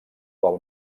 del